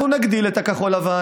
אנחנו נגדיל את הכחול-לבן,